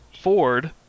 Ford